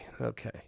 Okay